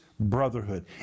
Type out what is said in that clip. Brotherhood